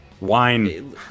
wine